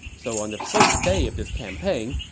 so on the first day of this campaign,